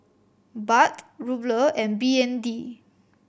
Baht Ruble and B N D